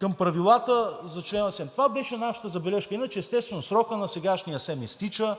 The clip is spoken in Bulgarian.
Към правилата за членове на СЕМ това беше нашата забележка. Иначе, естествено, срокът на сегашния СЕМ изтича,